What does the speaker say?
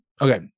okay